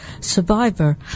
survivor